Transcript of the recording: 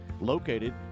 located